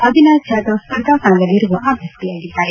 ಅವಿನಾಶ ಜಾಧವ್ ಸ್ವರ್ಧಾ ಕಣದಲ್ಲಿರುವ ಅಭ್ಯರ್ಥಿಯಾಗಿದ್ದಾರೆ